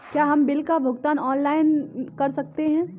क्या हम बिल का भुगतान ऑनलाइन कर सकते हैं?